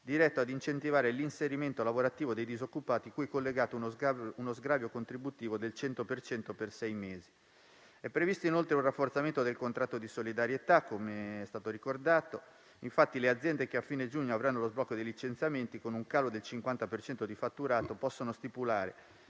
diretta a incentivare l'inserimento lavorativo dei disoccupati, a cui è collegato uno sgravio contributivo del cento per cento per sei mesi. È previsto inoltre un rafforzamento del contratto di solidarietà, com'è stato ricordato: infatti, le aziende che a fine giugno avranno lo sblocco dei licenziamenti, con un calo del 50 per cento del fatturato, possono stipulare,